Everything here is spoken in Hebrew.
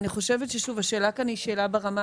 אני חושבת שהשאלה כאן היא ברמה